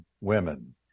women